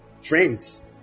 friends